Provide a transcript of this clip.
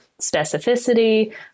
specificity